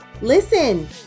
Listen